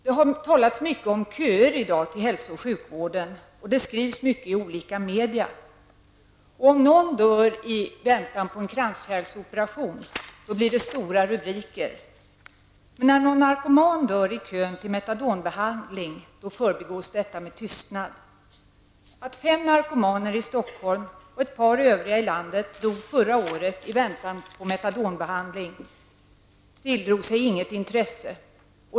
Det har i dag talats mycket om köerna inom hälsooch sjukvården, och det skrivs mycket om dessa saker i våra media. Om någon dör i väntan på en kranskärlsoperation, blir det stora rubriker. När en narkoman dör i väntan på metadonbehandling förbigås detta däremot med tystnad. Att fem narkomaner i Stockholm och ett par narkomaner i övriga landet förra året dog i väntan på metadonbehandling har inte tilldragit sig något intresse.